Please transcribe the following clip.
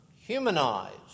humanized